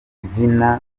izina